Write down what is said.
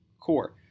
core